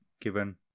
given